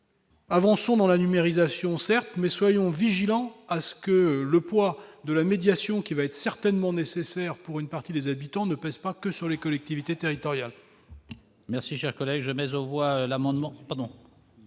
Avançons certes vers la numérisation, mais veillons à ce que le poids de la médiation, qui sera certainement nécessaire pour une partie des habitants, ne pèse pas que sur les collectivités territoriales